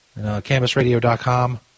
Canvasradio.com